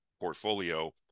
portfolio